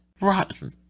Rotten